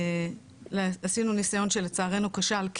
עשינו ניסיון שלצערנו כשל,